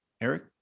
Eric